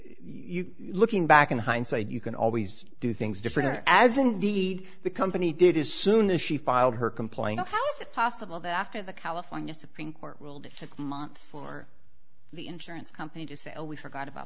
looking back in hindsight you can always do things different as indeed the company did as soon as she filed her complaint how is it possible that after the california supreme court ruled it took months for the insurance company to say well we forgot about